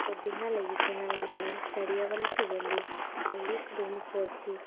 పొద్దునే లెగిసిన వెంటనే స్టడీ హవర్లకు వెళ్ళి మళ్ళీ రూమ్కు వచ్చి